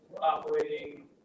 operating